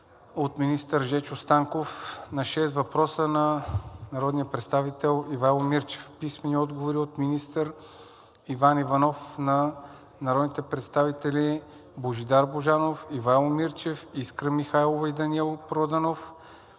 - министър Жечо Станков на 6 въпроса на народния представител Ивайло Мирчев; - министър Иван Иванов на народните представители Божидар Божанов, Ивайло Мирчев, Искра Михайлова, Даниел Проданов,